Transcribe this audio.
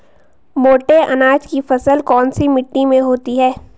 मोटे अनाज की फसल कौन सी मिट्टी में होती है?